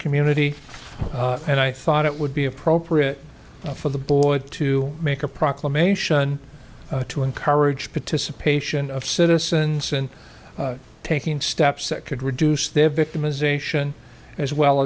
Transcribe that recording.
community and i thought it would be appropriate for the board to make a proclamation to encourage participation of citizens and taking steps that could reduce